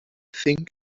think